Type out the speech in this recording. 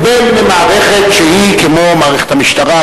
או מערכת שהיא כמו מערכת המשטרה,